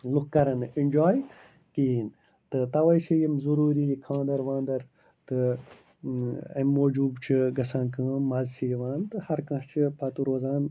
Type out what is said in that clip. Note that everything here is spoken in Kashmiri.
لُکھ کَرن نہٕ اٮ۪نجوے کِہیٖنۍ تہٕ تَوَے چھِ یِم ضٔروٗری یہِ خانٛدَر وانٛدَر تہٕ امۍ موٗجوٗب چھُ گژھان کٲم مَزٕ چھِ یِوان تہٕ ہَرٕ کانٛہہ چھِ پَتہٕ روزان